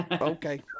Okay